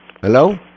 Hello